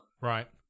Right